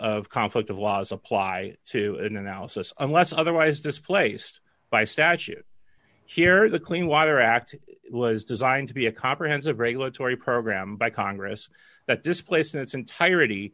of conflict of laws apply to an analysis unless otherwise displaced by statute here the clean water act was designed to be a comprehensive regulatory program by congress that displaced in its entirety